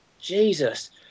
Jesus